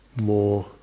more